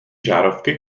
žárovky